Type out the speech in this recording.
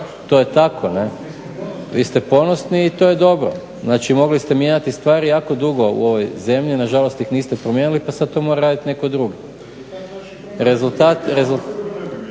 to je tako. Vi ste ponosni i to je dobro. Znači, mogli ste mijenjati stvari jako dugo u ovoj zemlji, a nažalost ih niste promijenili pa sad to mora raditi netko drugi. … /Upadica